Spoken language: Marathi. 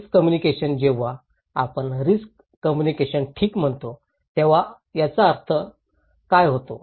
रिस्क कम्युनिकेशन जेव्हा आपण रिस्क कम्युनिकेशन ठीक म्हणतो तेव्हा याचा काय अर्थ होतो